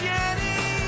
Jenny